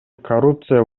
коррупция